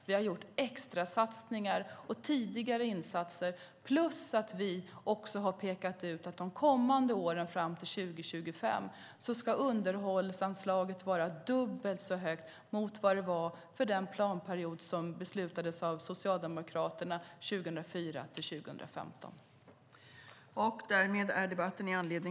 Vi har gjort extrasatsningar och tidigare insatser plus att vi har pekat ut att de kommande åren fram till 2025 ska underhållsanslaget vara dubbelt så högt jämfört med vad det var för den planperiod som beslutades av Socialdemokraterna, 2004-2015.